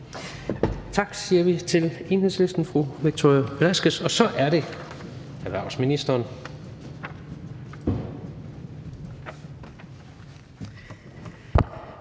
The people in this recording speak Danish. Tak siger vi til Enhedslistens fru Victoria Velasquez, og så er det erhvervsministeren.